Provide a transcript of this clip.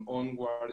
עם אונגוורד,